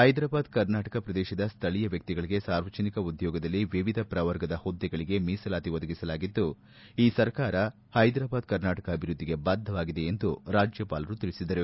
ಹೈದರಾಬಾದ್ ಕರ್ನಾಟಕ ಪ್ರದೇಶದ ಸ್ಥಳೀಯ ವ್ಯಕ್ತಿಗಳಿಗೆ ಸಾರ್ವಜನಿಕ ಉದ್ಯೋಗದಲ್ಲಿ ವಿವಿಧ ಪ್ರವರ್ಗದ ಹುದ್ದೆಗಳಿಗೆ ಮೀಸಲಾತಿ ಒದಗಿಸಲಾಗಿದ್ದು ಈ ಸರ್ಕಾರ ಹೈದರಾಬಾದ್ ಕರ್ನಾಟಕ ಅಭಿವೃದ್ಧಿಗೆ ಬದ್ಧವಾಗಿದೆ ಎಂದು ರಾಜ್ಯಪಾಲರು ತಿಳಿಸಿದರು